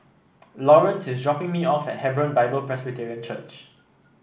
Laurence is dropping me off at Hebron Bible Presbyterian Church